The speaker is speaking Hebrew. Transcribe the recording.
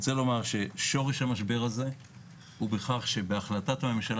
שורש המשבר הזה הוא בכך שהחלטת הממשלה